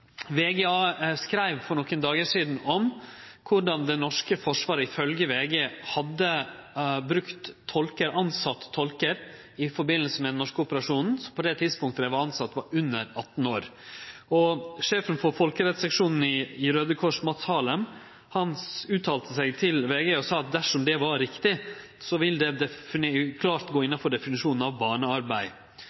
VG skreiv for nokre dagar sidan om korleis det norske forsvaret, ifølgje VG, hadde tilsett tolkar i samband med den norske operasjonen, og som på det tidspunktet dei vart tilsette, var under 18 år. Sjefen for folkerettsseksjonen i Raudekrossen, Mads Harlem, uttalte til VG at dersom det er riktig, vil det klart gå inn under definisjonen av barnearbeid.